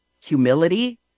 humility